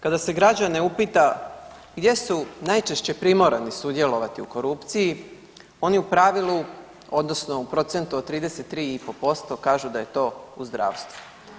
Kada se građane upita, gdje su najčešće primorani sudjelovati u korupciji, oni u pravilu, odnosno u procentu od 33,5% kažu da je to u zdravstvu.